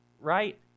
right